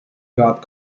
got